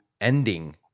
ending